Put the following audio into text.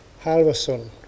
Halverson